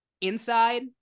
inside